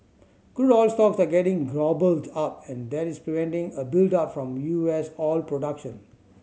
crude oil stocks are getting gobbled up and that is preventing a build up from U S oil production